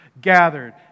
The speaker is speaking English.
gathered